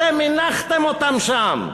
אתם הנחתם אותם שם.